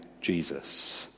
jesus